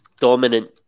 dominant